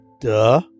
Duh